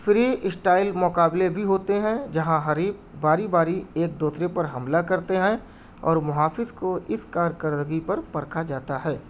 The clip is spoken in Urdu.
فری اسٹائل مقابلے بھی ہوتے ہیں جہاں حریف باری باری ایک دوسرے پر حملہ کرتے ہیں اور محافظ کو اس کارکردگی پر پرکھا جاتا ہے